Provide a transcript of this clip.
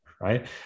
Right